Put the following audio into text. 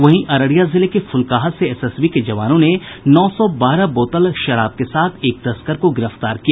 वहीं अररिया जिले के फुलकाहा से एसएसबी के जवानों ने नौ सौ बारह बोतल शराब के साथ एक तस्कर को गिरफ्तार किया